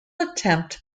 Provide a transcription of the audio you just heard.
attempt